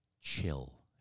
chill